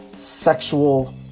sexual